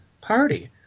Party